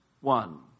One